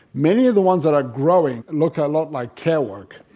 many of the ones that are growing look a lot like care work.